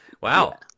wow